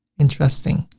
interesting.